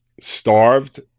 starved